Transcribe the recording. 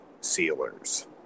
sealers